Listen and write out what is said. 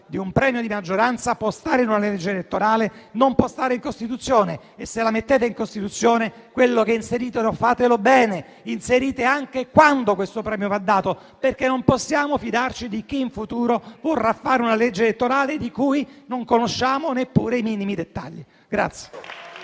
di un premio di maggioranza può stare in una legge elettorale, ma non può stare in Costituzione. Se lo mettete in Costituzione, quello che inserite fatelo bene, inserite anche quando questo premio va dato, perché non possiamo fidarci di chi in futuro vorrà fare una legge elettorale di cui non conosciamo neppure i minimi dettagli.